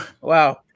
Wow